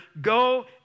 go